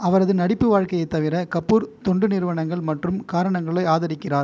அவரது நடிப்பு வாழ்க்கையைத் தவிர கபூர் தொண்டு நிறுவனங்கள் மற்றும் காரணங்களை ஆதரிக்கிறார்